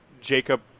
jacob